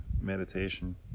meditation